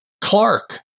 Clark